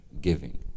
giving